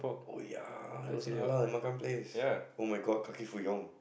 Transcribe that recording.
oh ya it wasn't halal that Makan Place oh my god kaki-Fuyong